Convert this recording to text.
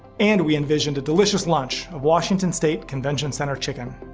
and we envisioned a delicious lunch of washington state convention center chicken.